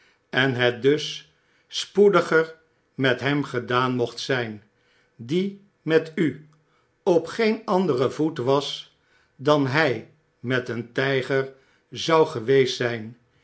en het dus spoediger met hem gedaan mocht zijn die met u op geen anderen voet was dan hy met een tyger zou geweest zyn heeft zijn